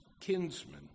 kinsmen